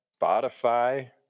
Spotify